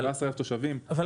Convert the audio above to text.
18,000 תושבים -- בסדר,